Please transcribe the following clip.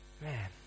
man